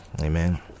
Amen